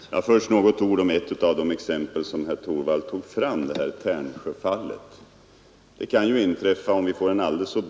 Herr talman! Först några ord om ett av de exempel som herr Torwald tog upp, nämligen Tärnsjöfallet.